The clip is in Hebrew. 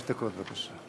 בבקשה.